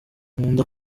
nkunda